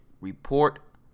report